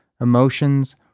emotions